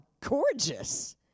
gorgeous